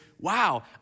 wow